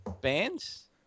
bands